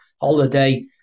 holiday